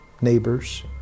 neighbors